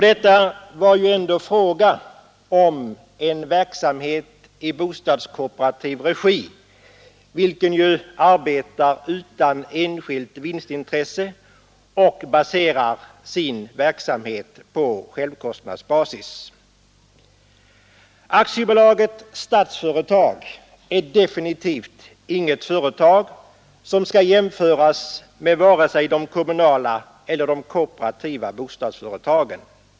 Då var det alltså fråga ora en verksamhet i bostadskooperativ regi bostadskooperationen arbetar som bekant utan enskilt vinstintresse och AB Stadsfastigheter är definitivt inget företag som skall jämföras med vare sig de kommunala eller de kooperativa bostadsföretagen.